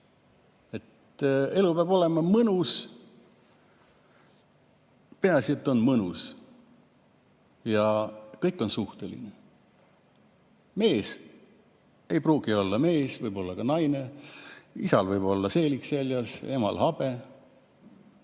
Elu peab olema mõnus. Peaasi, et on mõnus. Kõik on suhteline. Mees ei pruugi olla mees, võib olla ka naine, isal võib olla seelik seljas, emal võib